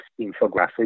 infographics